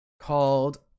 called